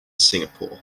singapore